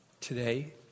Today